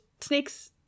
snakes